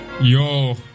Yo